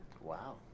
Wow